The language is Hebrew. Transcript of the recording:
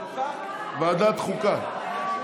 לוועדת החוקה.